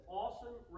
awesome